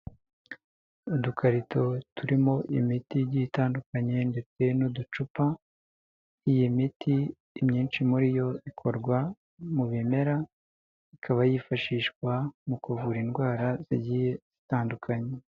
Udukarito turimo imiti igiye itandukanye ndetse n'uducupa, iyi miti imyinshi muri yo ikorwa mu bimera, ikaba yifashishwa mu kuvura indwara zigiye zitandukanye.